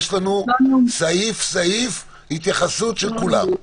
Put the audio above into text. יש לנו סעיף-סעיף התייחסות של כולם.